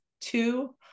two